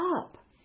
up